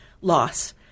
loss